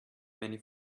many